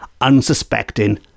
unsuspecting